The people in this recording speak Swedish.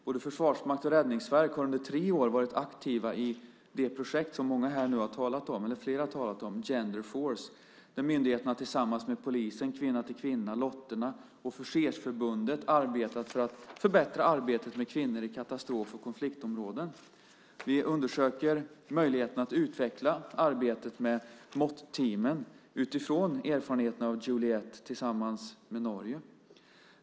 Både Försvarsmakten och Räddningsverket har under tre år varit aktiva i det projekt som flera har talat om här, nämligen Genderforce där myndigheterna tillsammans med polisen, Kvinna till Kvinna, Lottorna och Officersförbundet har arbetat för att förbättra arbetet med kvinnor i katastrof och konfliktområden. Vi undersöker möjligheten att utveckla arbetet med MOT-teamen utifrån erfarenheten av Juliet tillsammans med Norge.